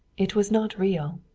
it was not real.